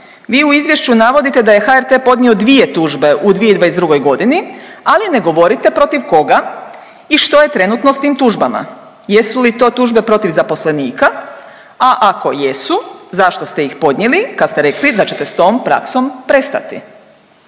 Vi u izvješću navodite da je HRT podnio dvije tužbe u 2022.g., ali ne govorite protiv koga i što je trenutno s tim tužbama, jesu li to tužbe protiv zaposlenika, a ako jesu zašto ste ih podnijeli kad ste rekli da ćete s tom praksom prestati?